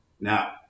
Now